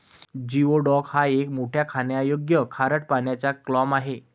geoduck हा एक मोठा खाण्यायोग्य खारट पाण्याचा क्लॅम आहे